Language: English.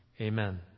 Amen